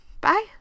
Bye